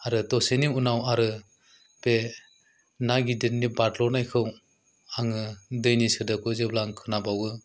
आरो दसेनि उनाव आरो बे ना गिदिरनि बारज्ल'नायखौ आङो दैनि सोदोबखौ जेब्ला आं खोनाबावो